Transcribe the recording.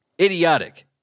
idiotic